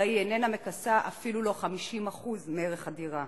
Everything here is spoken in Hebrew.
הרי היא אינה מכסה אף 50% מערך הדירה.